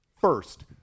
first